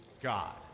God